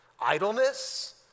Idleness